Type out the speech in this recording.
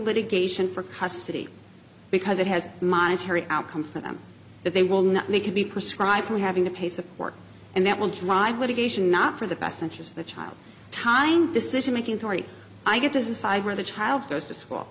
again for custody because it has monetary outcome for them that they will not make could be prescribed for having to pay support and that will drive litigation not for the best interest of the child time decision making authority i get to decide where the child goes to school